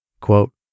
Quote